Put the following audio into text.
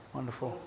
Wonderful